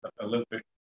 Olympic